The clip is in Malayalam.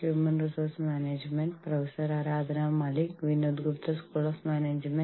ഹ്യൂമൻ റിസോഴ്സ് മാനേജ്മെന്റ് ക്ലാസിലേക്ക് വീണ്ടും സ്വാഗതം